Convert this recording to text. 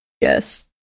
yes